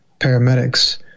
paramedics